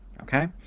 okay